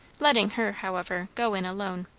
letting her, however, go in alone.